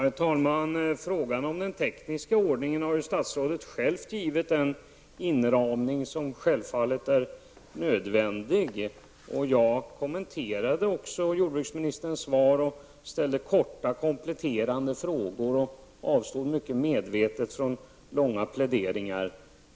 Herr talman! Frågan om den tekniska ordningen har statsrådet själv givit den inramning som självfallet är nödvändig. Jag kommenterade också jordbruksministerns svar och ställde korta och kompletterande frågor. Jag avstod mycket medvetet från långa pläderingar.